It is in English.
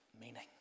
meaning